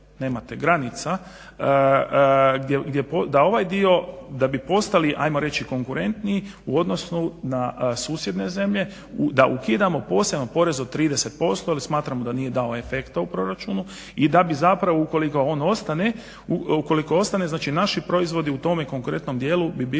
da bi postali ajmo reći konkurentniji u odnosu na susjedne zemlje, da ukidamo poseban porez od 30% jer smatramo da nije dao efekta u proračunu, i da bi zapravo ukoliko on ostane, ukoliko ostane znači naši proizvodi u tome konkurentnom dijelu bi bili